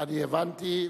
אני הבנתי,